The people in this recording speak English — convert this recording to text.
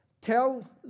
tell